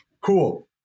Cool